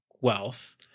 wealth